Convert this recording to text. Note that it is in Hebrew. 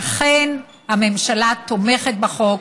ואכן, הממשלה תומכת בחוק.